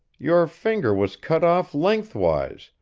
your finger was cut off lengthwise,